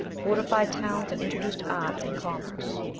fortified towns, and introduced arts and commerce.